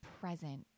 present